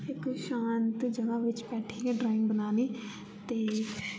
इक शान्त जगहा बिच्च बैठियै ड्राइंग बनानी ते